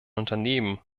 unternehmen